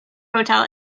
hotel